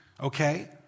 okay